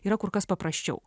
yra kur kas paprasčiau